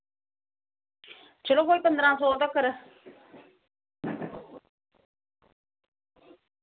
चलो कोई पंदरां सौ तगर